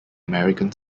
american